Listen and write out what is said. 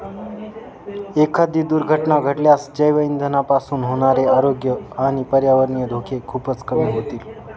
एखादी दुर्घटना घडल्यास जैवइंधनापासून होणारे आरोग्य आणि पर्यावरणीय धोके खूपच कमी होतील